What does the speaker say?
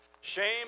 Shame